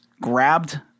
grabbed